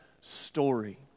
story